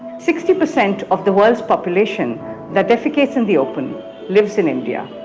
sixty percent of the world's population that defecates in the open lives in india.